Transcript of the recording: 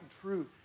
true